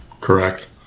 Correct